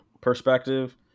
perspective